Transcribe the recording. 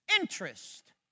Interest